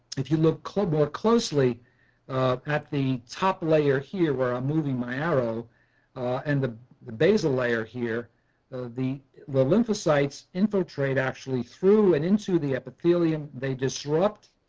if you look more closely at the top layer here we're ah moving my arrow and the the basal layer here the the lymphocytes infiltrate actually through and into the epithelium they disrupt